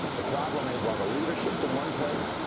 the problem is while the leadership is in one place,